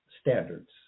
standards